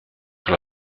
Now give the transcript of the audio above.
sur